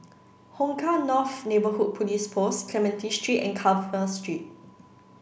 Hong Kah North Neighbourhood Police Post Clementi Street and Carver Street